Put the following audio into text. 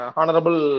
Honorable